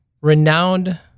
renowned